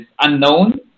unknown